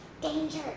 danger